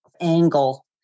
angle